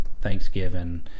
Thanksgiving